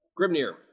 Grimnir